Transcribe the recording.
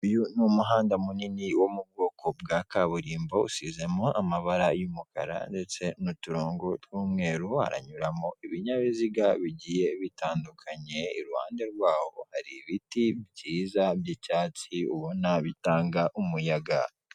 Uyu ni muhanda munini wo mu bwoko bwa kaburimbo usizemo amabara y'umukara ndetse n'uturongo tw'umweru haranyuramo ibinyabiziga bigiye bitandukanye, iruhande rwaho hari ibiti byiza by'icyatsi ubona bitanga umuyaga.